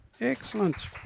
Excellent